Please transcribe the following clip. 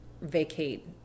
vacate